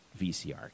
VCR